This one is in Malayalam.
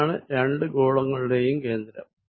ഇതാണ് രണ്ടു ഗോളങ്ങളുടെയും കേന്ദ്രം